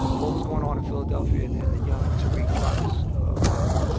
what was going on in philadelphia in and the young tariq trotter's mind?